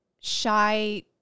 shy